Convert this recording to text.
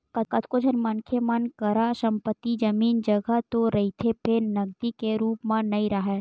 कतको झन मनखे मन करा संपत्ति, जमीन, जघा तो रहिथे फेर नगदी के रुप म नइ राहय